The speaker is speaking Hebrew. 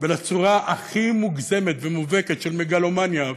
ולצורה הכי מוגזמת ומובהקת של מגלומניה,